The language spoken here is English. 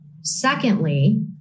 Secondly